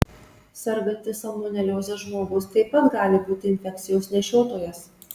sergantis salmonelioze žmogus taip pat gali būti infekcijos nešiotojas